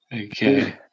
Okay